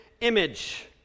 image